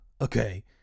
okay